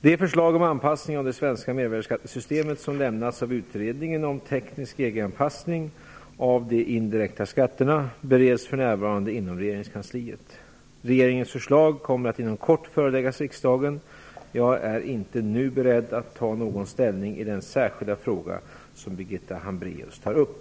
De förslag om anpassning av det svenska mervärdesskattesystemet som lämnas av utredningen om teknisk EG-anpassning av de indirekta skatterna bereds för närvarande inom regeringskansliet. Regeringens förslag kommer att inom kort föreläggas riksdagen. Jag är inte nu beredd att ta ställning i den särskilda fråga som Birgitta Hambraeus tar upp.